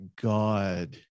God